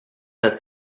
that